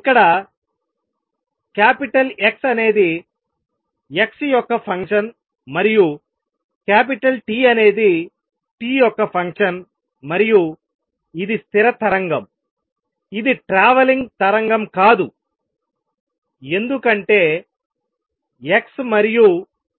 ఇక్కడ capital X అనేది x యొక్క ఫంక్షన్ మరియు క్యాపిటల్ T అనేది t యొక్క ఫంక్షన్ మరియు ఇది స్థిర తరంగం ఇది ట్రావెలింగ్ తరంగం కాదు ఎందుకంటే x మరియు